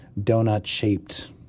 donut-shaped